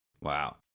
Wow